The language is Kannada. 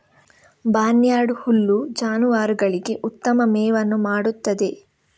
ಬಾರ್ನ್ಯಾರ್ಡ್ ಹುಲ್ಲು ಜಾನುವಾರುಗಳಿಗೆ ಉತ್ತಮ ಮೇವನ್ನು ಮಾಡುತ್ತದೆ